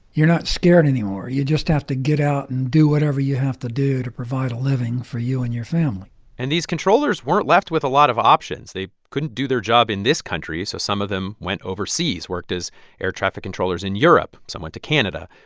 you're not scared anymore. you just have to get out and do whatever you have to do to provide a living for you and your family and these controllers weren't left with a lot of options. they couldn't do their job in this country, so some of them went overseas, worked as air traffic controllers in europe. some went to canada.